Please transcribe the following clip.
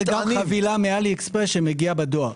זה חבילה מעלי אקספרס שמגיעה בדואר.